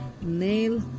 nail